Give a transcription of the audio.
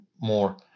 more